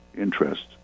interest